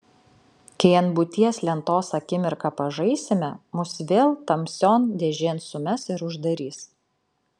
kai ant būties lentos akimirką pažaisime mus vėl tamsion dėžėn sumes ir uždarys